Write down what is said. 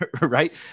right